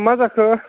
मा जाखो